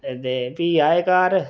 ते फ्ही आए घर